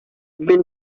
been